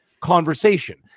conversation